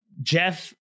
Jeff